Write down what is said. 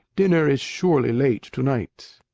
dinner is surely late tonight.